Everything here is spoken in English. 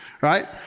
right